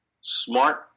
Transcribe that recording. smart